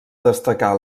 destacar